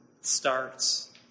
starts